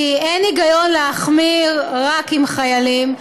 כי אין היגיון להחמיר רק עם חיילים.